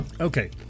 Okay